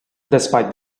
despite